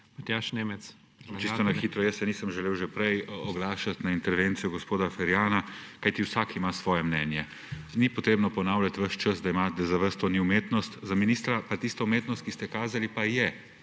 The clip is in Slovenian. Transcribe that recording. (PS SD):** Čisto na hitro. Nisem se želel že prej oglašati na intervencijo gospoda Ferjana, kajti vsak ima svoje mnenje. Ni potrebno ponavljati ves čas, da za vas to ni umetnost. Za ministra pa tista umetnost, ki ste jo kazali, je